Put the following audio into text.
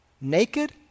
naked